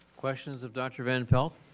questions of dr. van pelt?